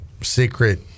secret